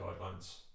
guidelines